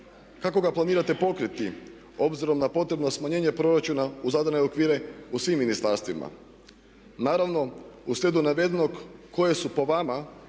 Kako ga planirate pokriti obzirom na potrebna smanjenje proračuna u zadane okvire u svim ministarstvima. Naravno u slijedu navedenog koje su po vama